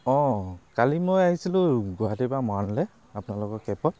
অঁ কালি মই আহিছিলোঁ গুৱাহাটীৰ পৰা মৰাণলৈ আপোনালোকৰ কেবত